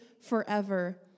forever